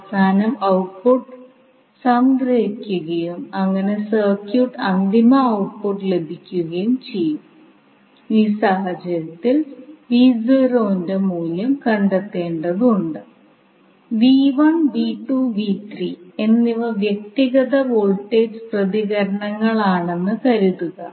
ആദ്യത്തെ ചുമതല നമ്മൾ ചെയ്യേണ്ടത് ഈ പ്രത്യേക സർക്യൂട്ടിനെ ഫ്രീക്വൻസി ഡൊമെയ്നിലേക്ക് പരിവർത്തനം ചെയ്യണം എന്നതാണ്